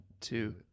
two